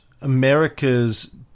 America's